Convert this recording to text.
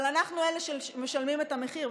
אבל אנחנו אלה שמשלמים את המחיר.